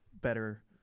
better